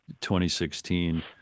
2016